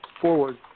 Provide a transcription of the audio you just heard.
forward